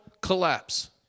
collapse